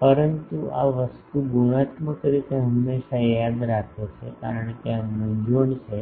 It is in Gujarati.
પરંતુ આ વસ્તુ ગુણાત્મક રીતે હંમેશાં યાદ રાખે છે કારણ કે આ મૂંઝવણ છે